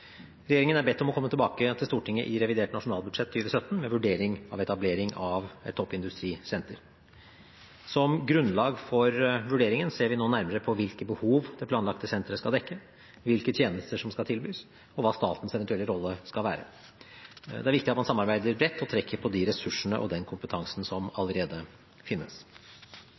Regjeringen er bedt om å komme tilbake til Stortinget i revidert nasjonalbudsjett 2017 med vurdering av etablering av et toppindustrisenter. Som grunnlag for vurderingen ser vi nå nærmere på hvilke behov det planlagte senteret skal dekke, hvilke tjenester som skal tilbys, og hva statens eventuelle rolle skal være. Det er viktig at man samarbeider bredt og trekker på de ressursene og den kompetansen som allerede finnes.